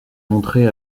montré